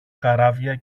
καράβια